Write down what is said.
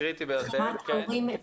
קריטי ביותר.